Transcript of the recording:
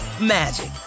magic